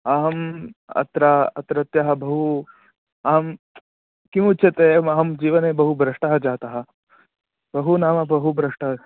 अहम् अत्र अत्रत्यः बहू अहं किमुच्यते अहं जीवने बहु भ्रष्टः जातः बहु नाम बहु भ्रष्टः